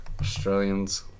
Australians